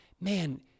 man